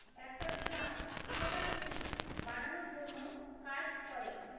একটা বিভাগ পুরোটা সিল্ক বানানোর জন্য কাজ করে